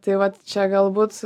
tai vat čia galbūt